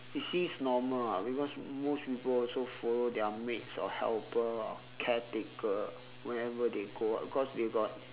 it seems normal ah because most people also follow their maids or helper or caretaker wherever they go [what] because they got